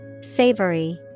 Savory